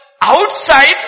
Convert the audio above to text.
outside